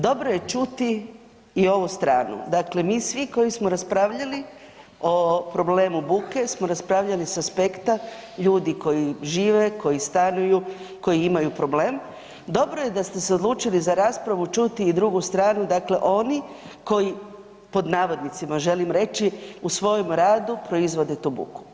Dobro je čuti i ovu stranu, dakle mi svi koji smo raspravljali o problemu buke smo raspravljali sa aspekta ljudi koji žive, koji stanuju, koji imaju problem, dobro je da ste se odlučili za raspravu čuti i drugu stranu, dakle oni koji pod navodnicima želim reći, „u svojem radu proizvode tu buku“